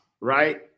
Right